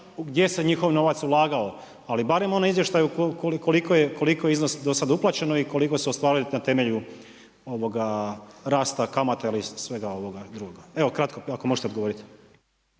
gdje se njihov novac ulagao, ali barem onaj izvještaj koliko je iznosa do sada uplaćeno i koliko su ostvarili na temelju rasta kamata ili svega ovoga drugoga? Evo kratko, ako mi možete odgovoriti.